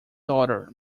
daughter